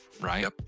Right